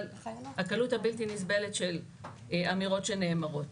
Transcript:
אבל הקלות הבלתי נסבלת של אמירות שנאמרות.